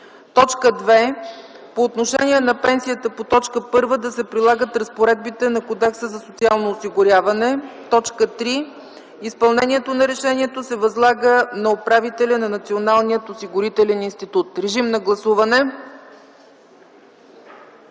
г.; 2. По отношение на пенсията по т. 1 да се прилагат разпоредбите на Кодекса за социално осигуряване; 3. Изпълнението на решението се възлага на управителя на Националния осигурителен институт.” Моля, да гласуваме.